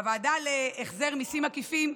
הוועדה להחזר מיסים עקיפים,